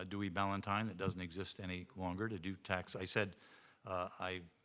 ah dewey ballantine, it doesn't exist any longer, to do tax. i said i.